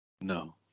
No